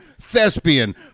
thespian